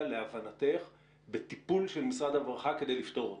להבנתך בטיפול של משרד הרווחה כי לפתור אותו?